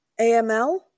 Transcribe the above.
AML